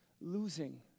losing